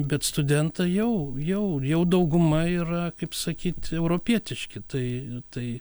bet studentai jau jau jau dauguma yra kaip sakyt europietiški tai tai